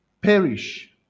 perish